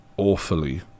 Awfully